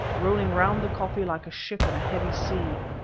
rolling round the koppie like a ship in a heavy sea.